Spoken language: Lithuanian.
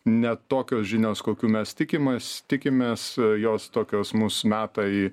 ne tokios žinios kokių mes tikimės tikimės jos tokios mus meta jį